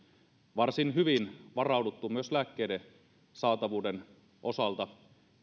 varsin hyvin varauduttu myös lääkkeiden saatavuuden osalta